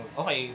okay